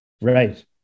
right